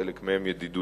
חלק מהן ידידותיות,